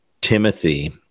Timothy